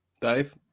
Dave